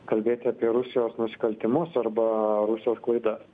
kalbėti apie rusijos nusikaltimus arba rusijos klaidas